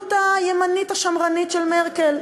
המשילות הימנית השמרנית של מרקל.